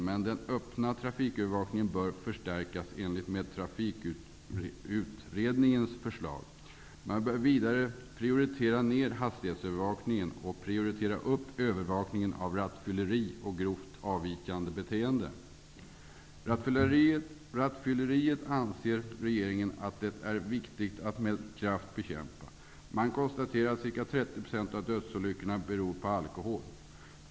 Men den öppna trafikövervakningen bör förstärkas i enlighet med Trafikutredningens förslag. Man bör vidare prioritera ned hastighetsövervakningen och prioritera upp övervakningen av rattfylleri och grovt avvikande beteende. Rattfylleriet anser regeringen att det är viktigt att med kraft bekämpa. Man konstaterar att ca 30 % av dödsolyckorna beror på alkohol.